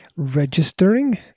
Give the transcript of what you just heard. Registering